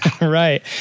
Right